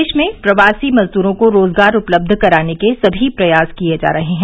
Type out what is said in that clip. प्रदेश में प्रवासी मजदूरों को रोजगार उपलब्ध कराने के सभी प्रयास किये जा रहे हैं